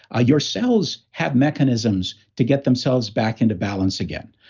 ah your cells have mechanisms to get themselves back into balance again